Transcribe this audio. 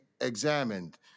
examined